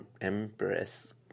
empress